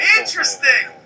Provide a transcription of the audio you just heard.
interesting